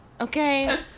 Okay